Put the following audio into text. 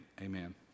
amen